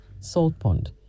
Saltpond